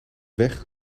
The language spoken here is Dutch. weg